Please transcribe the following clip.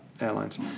Airlines